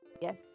yes